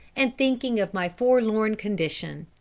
and thinking of my forlorn condition.